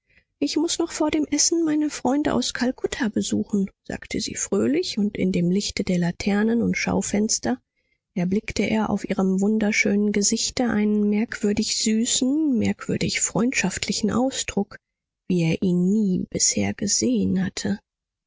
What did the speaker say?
ich muß noch vor dem essen meine freunde aus kalkutta besuchen sagte sie fröhlich und in dem lichte der laternen und schaufenster erblickte er auf ihrem wunderschönen gesichte einen merkwürdig süßen merkwürdig freundschaftlichen ausdruck wie er ihn nie bisher gesehen hatte